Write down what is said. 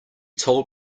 told